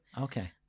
okay